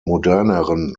moderneren